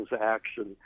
action